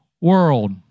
world